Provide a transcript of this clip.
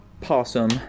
possum